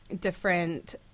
different